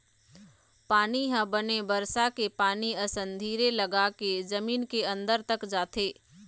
पानी ह बने बरसा के पानी असन धीर लगाके जमीन के अंदर तक जाथे